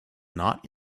not